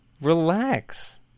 Relax